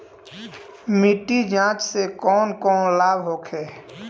मिट्टी जाँच से कौन कौनलाभ होखे?